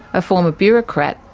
a former bureaucrat,